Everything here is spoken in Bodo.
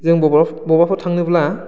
जोंबो बबावबाफोर थांनोब्ला